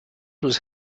was